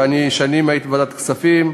ואני שנים הייתי בוועדת הכספים,